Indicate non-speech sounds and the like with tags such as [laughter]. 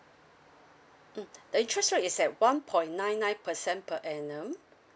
mm [breath] the interest rate is at one point nine nine percent per annum